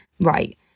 right